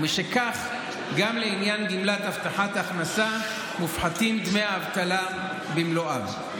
ומשכך גם לעניין גמלת הבטחת הכנסה מופחתים דמי האבטלה במלואם.